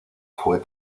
fue